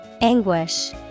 Anguish